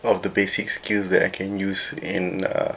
one of the basic skills that I can use in uh